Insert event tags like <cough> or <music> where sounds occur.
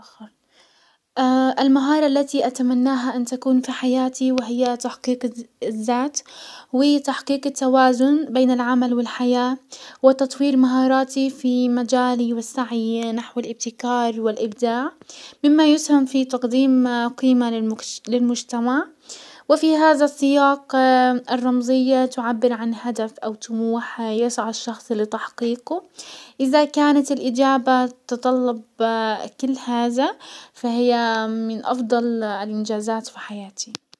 <hesitation> المهارة التي اتمناها ان تكون في حياتي وهي تحقيق الذات وتحقيق التوازن بين العمل والحياة وتطوير مهاراتي في مجالي والسعي نحو الابتكار والابداع، مما يسهم في تقديم <hesitation> قيمة للمجتمع، وفي هزا السياق <hesitation> الرمزية تعبر عن هدف او طموح يسعى الشخص لتحقيق. ازا كانت الاجابة تتطلب <hesitation> كل هزا فهي من افضل الانجازات في حياتي.